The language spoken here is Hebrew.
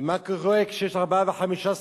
ומה קורה כשיש ארבעה וחמישה סוסים,